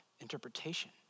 interpretation